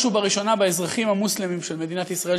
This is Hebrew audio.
ובראשונה באזרחים המוסלמים של מדינת ישראל,